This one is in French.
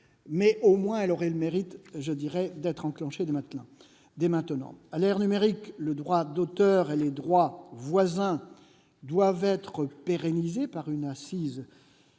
Mais le dispositif aurait au moins le mérite d'être enclenché dès maintenant. À l'ère numérique, le droit d'auteur et les droits voisins doivent être pérennisés par une assise